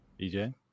EJ